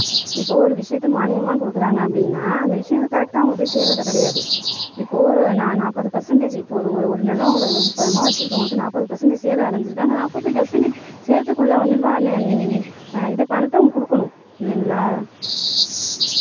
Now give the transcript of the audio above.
இப்போது ஒரு விஷயத்தை மானியமாக கொடுக்குறாங்க அப்படின்னா அந்த விஷயம் வந்து கரெக்ட்டாக அவங்கள போய் சேர்வது கிடையாது இப்போது நா நாற்பது பெர்சென்ட்டேஜ் இப்போது ஒரு ஒரு நிலம் ஒரு முப்பது மா வச்சிருக்கறவங்களுக்கு நாற்பது பெர்சென்டேஜ் சேதம் அடைஞ்சிருக்குனா அந்த நாற்பது பெர்சென்ட்டேஜ் சேதத்துக்குள்ள நிர்வாகி இதை பணத்தை கொடுக்கணும் இல்லைங்களா